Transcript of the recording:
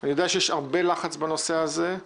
אני יודע שיש הרבה לחץ בנושא הזה,